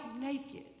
naked